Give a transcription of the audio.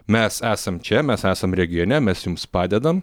mes esam čia mes esam regione mes jums padedam